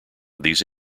these